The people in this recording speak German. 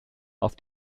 auf